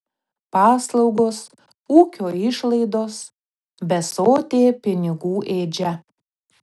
paslaugos ūkio išlaidos besotė pinigų ėdžia